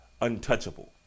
untouchable